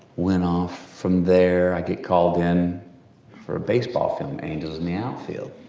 went off from there, i get called in for a baseball film, angels in the outfield.